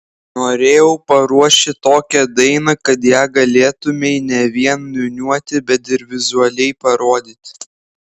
norėjau paruošti tokią dainą kad ją galėtumei ne vien niūniuoti bet ir vizualiai parodyti